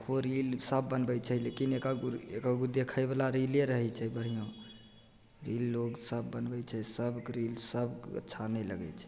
देखहो रील सभ बनबै छै लेकिन एक एक गो री एक एक गो देखैवला रीले रहै छै बढ़िआँ रील लोकसभ बनबै छै सभकेँ रील सभकेँ अच्छा नहि लागै छै